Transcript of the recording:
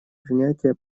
принятие